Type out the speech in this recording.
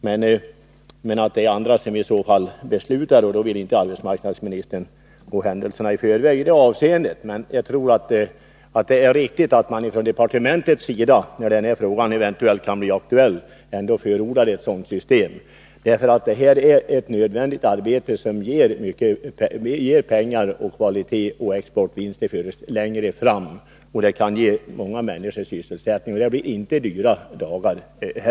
Men det är andra som beslutar, och arbetsmarknadsministern vill inte gå händelserna i förväg. Men jag tror att det är riktigt att man från arbetsmarknadsdeparteméntets sida, när denna fråga eventuellt kan bli aktuell, förordar ett sådant system. Det är nämligen ett nödvändigt arbete som ger pengar och exportintäkter längre fram. Det kan också ge många människor sysselsättning. Det blir heller inte dyrare.